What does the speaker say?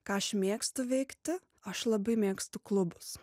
ką aš mėgstu veikti aš labai mėgstu klubus